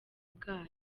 bwayo